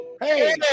hey